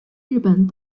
日本